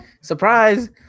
Surprise